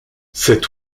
cet